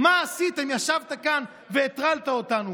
מה עשיתם?" ישבת כאן והטרלת אותנו,